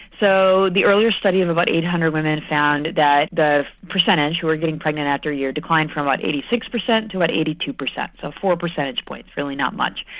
so the earlier study of about eight hundred women found that the percentage who were getting pregnant after a year declined from about eighty six percent to about eighty two percent, so four percentage points, really not much.